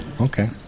okay